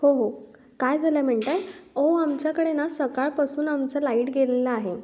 हो हो काय झालं म्हणताय ओ आमच्याकडे ना सकाळपासून आमचं लाईट गेलेला आहे